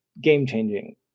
game-changing